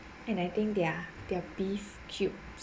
and I think their their beef cubes